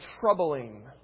troubling